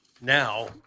Now